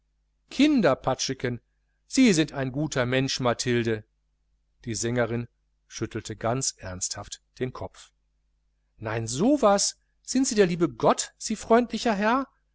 kinderpatscheken sie sind ein guter mensch mathilde die sängerin schüttelte ganz ernsthaft den kopf nein so was sind sie der liebe gott sie freundlicher herr